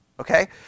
Okay